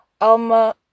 alma